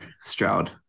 Stroud